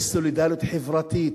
יש סולידריות חברתית.